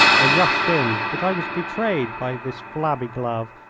i rushed in, but i was betrayed by this flabby glove,